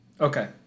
Okay